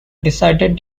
decided